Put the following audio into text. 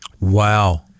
Wow